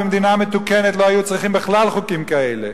במדינה מתוקנת לא היו צריכים בכלל חוקים כאלה,